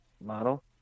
model